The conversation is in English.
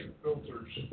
filters